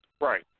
Right